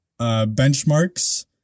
benchmarks